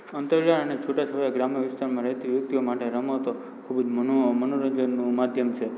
અંતરિયાળ અને છૂટાં છવાયા ગ્રામ્ય વિસ્તારમાં રહેતી વ્યક્તિઓ માટે રમતો ખૂબ જ મનો મનોરંજનનું માધ્યમ છે